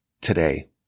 today